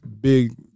big